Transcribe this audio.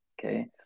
Okay